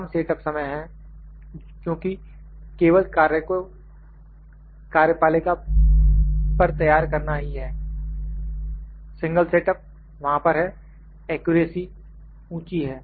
कम set up समय है क्योंकि केवल कार्य को कार्यपालिका पर तैयार करना ही है सिंगल सेटअप वहां पर है एक्यूरेसी ऊंची है